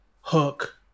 hook